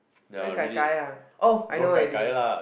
went Gai Gai ah oh I know already